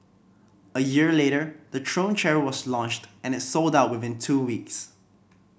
a year later the Throne chair was launched and it sold out within two weeks